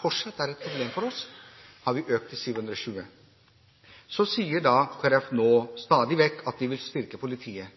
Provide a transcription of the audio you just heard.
fortsatt er et problem for oss, har vi økt til 720. Så sier Kristelig Folkeparti stadig vekk at de vil styrke politiet.